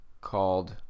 called